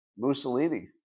Mussolini